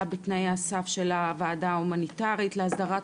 בתנאי הסף של הוועדה ההומניטארית להסדרת